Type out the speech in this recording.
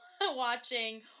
watching